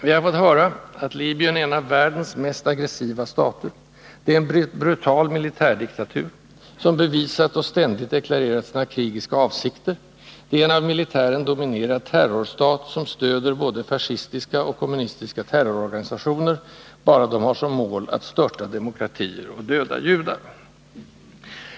Vi har fått höra att Libyen är en av världens mest aggressiva stater. Det är en brutal militärdiktatur, som bevisat och ständigt deklarerat sina krigiska avsikter. Det är en av militären dominerad terrorstat, som stöder både fascistiska och kommunistiska terrororganisationer — bara de har som mål att störta demokratier och döda judar.